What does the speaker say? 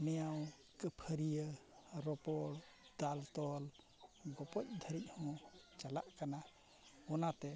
ᱱᱮᱣ ᱠᱷᱟᱹᱯᱟᱹᱨᱤᱭᱟᱹ ᱨᱚᱯᱚᱲ ᱫᱟᱞ ᱛᱚᱞ ᱜᱚᱯᱚᱡ ᱫᱷᱟᱹᱨᱤᱡ ᱦᱚᱸ ᱪᱟᱞᱟᱜ ᱠᱟᱱᱟ ᱚᱱᱟᱛᱮ